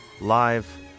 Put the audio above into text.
live